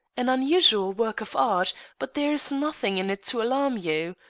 an unusual work of art but there is nothing in it to alarm you.